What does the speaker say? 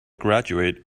graduate